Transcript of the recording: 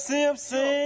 Simpson